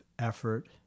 effort